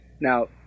Now